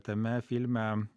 tame filme